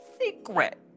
Secret